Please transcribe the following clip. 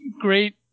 great